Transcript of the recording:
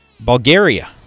Bulgaria